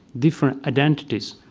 different identities,